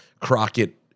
Crockett